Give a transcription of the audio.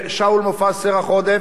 שאול מופז סרח עודף,